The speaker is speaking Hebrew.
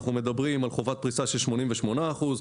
אנחנו מדברים על חובת פריסה של 88 אחוזים.